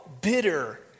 bitter